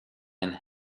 and